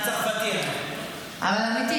אבל אמיתי,